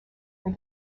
they